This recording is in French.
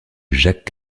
jacques